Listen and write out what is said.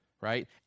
right